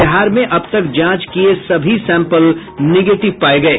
बिहार में अब तक जांच किये सभी सैंपल निगेटिव पाये गये